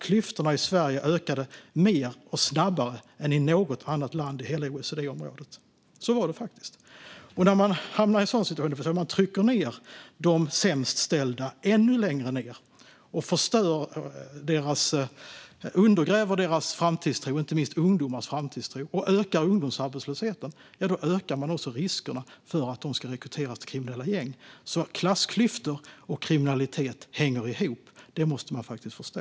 Klyftorna i Sverige ökade mer och snabbare än i något annat land i hela OECD-området. Så var det faktiskt. När man hamnar i en sådan situation trycker man ned dem som har det sämst ställt ännu mer och undergräver deras framtidstro, inte minst ungdomarnas framtidstro, och man ökar ungdomsarbetslösheten. Då ökar man också riskerna för att de ska rekryteras till kriminella gäng. Att klassklyftor och kriminalitet hänger ihop måste man faktiskt förstå.